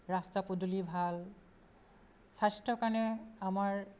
ৰাস্তা পদূলি ভাল স্বাস্থ্য কাৰণে আমাৰ